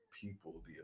people